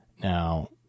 Now